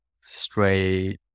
straight